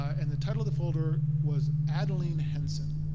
and the title of the folder was adeline henson,